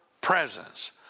presence